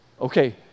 Okay